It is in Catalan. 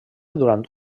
durant